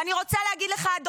ואני רוצה להגיד לך עוד משהו,